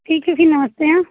ठीक है फिर नमस्ते हाँ